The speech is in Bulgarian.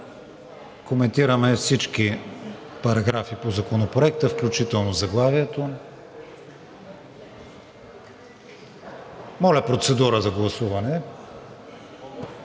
коментираме всички параграфи по Законопроекта, включително заглавието. Моля, процедура за гласуване